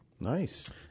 Nice